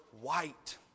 white